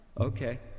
Okay